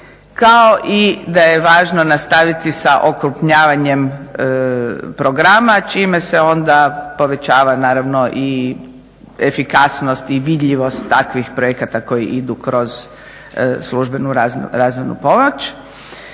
kao i da je važno nastaviti sa okrupnjavanjem programa čime se onda povećava naravno i efikasnost i vidljivost takvih projekata koji idu kroz službenu razvojnu pomoć.